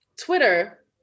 Twitter